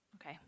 Okay